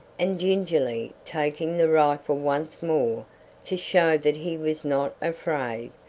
and gingerly taking the rifle once more to show that he was not afraid,